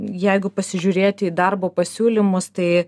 jeigu pasižiūrėti į darbo pasiūlymus tai